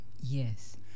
Yes